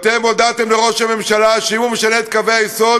אתם הודעתם לראש הממשלה שאם הוא משנה את קווי היסוד,